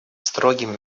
строгим